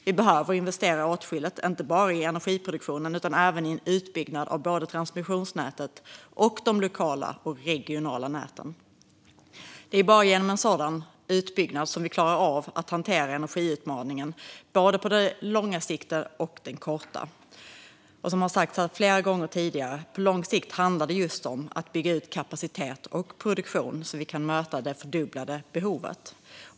Vi behöver investera åtskilligt, inte bara i energiproduktionen utan även i en utbyggnad av både transmissionsnätet och de lokala och regionala näten. Det är bara genom en sådan utbyggnad som vi klarar av att hantera energiutmaningen, både på lång och på kort sikt. Som har sagts här flera gånger tidigare handlar det på lång sikt just om att bygga ut kapacitet och produktion så att vi kan möta det fördubblade behovet.